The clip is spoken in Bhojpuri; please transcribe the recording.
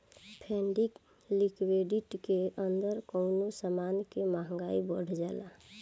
फंडिंग लिक्विडिटी के अंदर कवनो समान के महंगाई बढ़ जाला